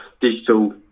digital